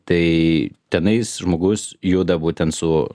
tai tenais žmogus juda būtent su